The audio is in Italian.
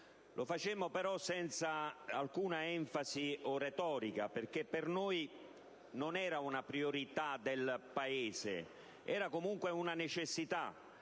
Lo facemmo però senza alcuna enfasi o retorica, perché per noi non era una priorità del Paese, anche se era comunque una necessità: